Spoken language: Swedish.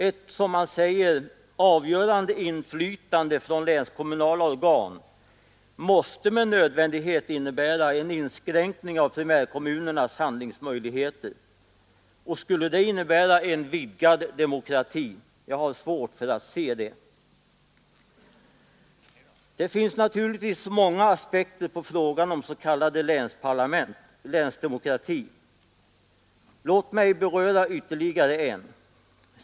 Ett som man säger ”avgörande inflytande från länskommunala organ” måste med nödvändighet innebära en inskränkning av primärkommunernas handlingsmöjligheter. Och skulle det innebära en vidgad demokrati? Jag har svårt att se detta. Det finns naturligtvis många aspekter på frågan om s.k. länsdemokrati. Låt mig beröra ytterligare en.